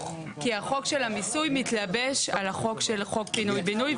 כי החוק של המיסוי מתלבש על החוק של חוק פינוי בינוי,